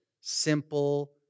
simple